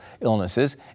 illnesses